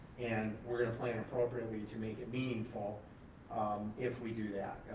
and we're gonna plan appropriately to make it meaningful if we do that,